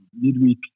midweek